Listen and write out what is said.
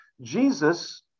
Jesus